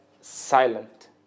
silent